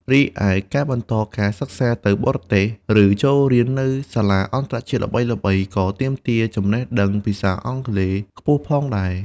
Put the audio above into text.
រីឯ ការបន្តការសិក្សាទៅបរទេស ឬចូលរៀននៅសាលាអន្តរជាតិល្បីៗ ក៏ទាមទារចំណេះដឹងភាសាអង់គ្លេសខ្ពស់ផងដែរ។